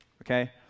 Okay